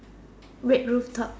wait rooftop